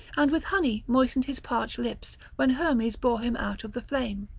and with honey moistened his parched lips when hermes bore him out of the flame.